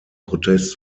protest